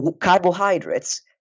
Carbohydrates